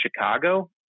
Chicago